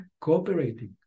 cooperating